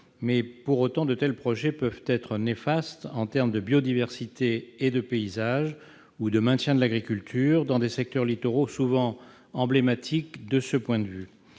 des sites dits « dégradés », peuvent être néfastes en termes de biodiversité, de paysage ou de maintien de l'agriculture, dans des secteurs littoraux souvent emblématiques de ce point de vue.